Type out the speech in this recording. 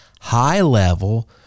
high-level